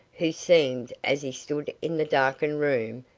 who seemed, as he stood in the darkened room,